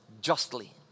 justly